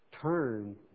turn